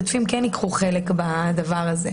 ייקחו חלק בדבר הזה.